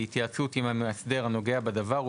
בהתייעצות עם המאסדר הנוגע בדבר,